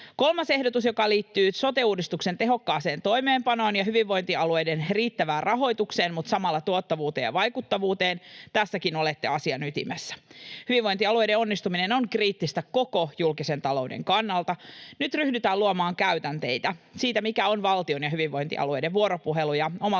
Kolmas ehdotus liittyy sote-uudistuksen tehokkaaseen toimeenpanoon ja hyvinvointialueiden riittävään rahoitukseen mutta samalla tuottavuuteen ja vaikuttavuuteen. Tässäkin olette asian ytimessä. Hyvinvointialueiden onnistuminen on kriittistä koko julkisen talouden kannalta. Nyt ryhdytään luomaan käytänteitä siitä, mikä on valtion ja hyvinvointialueiden vuoropuhelu, ja omalta